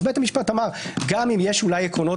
בית המשפט אמר שגם אם יש אולי עקרונות